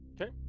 Okay